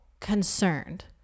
concerned